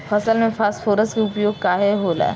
फसल में फास्फोरस के उपयोग काहे होला?